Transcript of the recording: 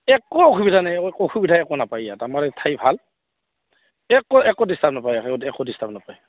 একো অসুবিধা নাই অসুবিধা একো নাপায় ইয়াত আমাৰ ঠাই ভাল একো একো ডিচটাৰ্ব নাপায় একো ডিচটাৰ্ব নাপায়